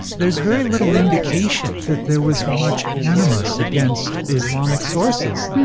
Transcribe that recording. there's very little indication that there was much animus against islamic sources.